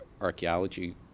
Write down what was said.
archaeology